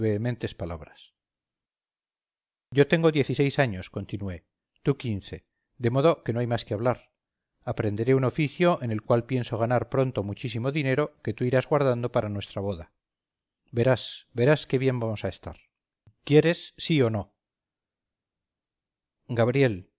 vehementes palabras yo tengo diez y seis años continué tú quince de modo que no hay más que hablar aprenderé un oficio en el cual pienso ganar pronto muchísimo dinero que tú irás guardando para nuestra boda verás verás qué bien vamos a estar quieres sí o no gabriel